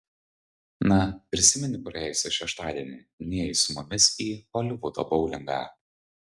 na prisimeni praėjusį šeštadienį nėjai su mumis į holivudo boulingą